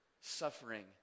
suffering